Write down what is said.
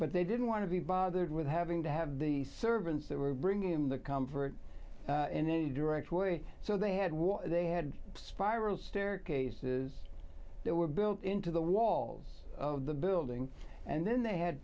but they didn't want to be bothered with having to have the servants that were bringing in the comfort in a direct way so they had what they had spiral staircases that were built into the walls of the building and then they had